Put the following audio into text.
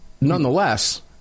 nonetheless